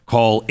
Call